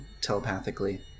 telepathically